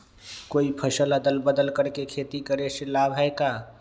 कोई फसल अदल बदल कर के खेती करे से लाभ है का?